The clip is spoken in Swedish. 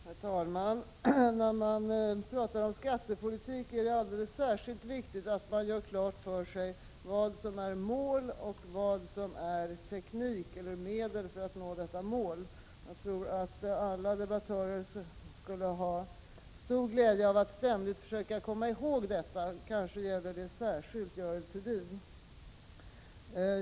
Herr talman! När man talar om skattepolitik är det alldeles särskilt viktigt att man gör klart för sig vad som är mål och vad som är teknik eller medel för att nå detta mål. Jag tror att alla debattörer skulle ha stor glädje av att ständigt försöka komma ihåg detta, kanske gäller det särskilt Görel Thurdin.